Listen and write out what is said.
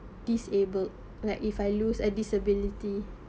disabled like if I lose a disability